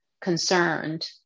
concerned